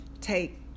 take